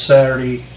Saturday